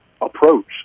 approach